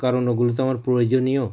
কারণ ওগুলো তো আমার প্রয়োজনীয়